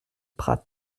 prat